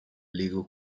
legal